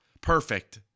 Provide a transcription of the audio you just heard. Perfect